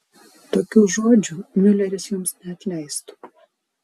tokių žodžių miuleris jums neatleistų